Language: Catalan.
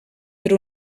per